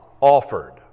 offered